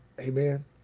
Amen